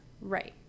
right